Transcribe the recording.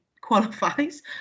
qualifies